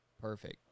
Perfect